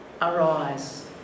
arise